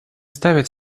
ставят